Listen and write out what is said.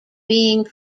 being